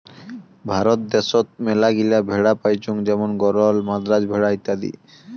ভারত দ্যাশোত মেলাগিলা ভেড়া পাইচুঙ যেমন গরল, মাদ্রাজ ভেড়া ইত্যাদি